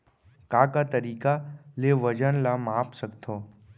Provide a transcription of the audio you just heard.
का का तरीक़ा ले वजन ला माप सकथो?